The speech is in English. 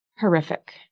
horrific